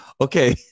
okay